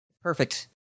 Perfect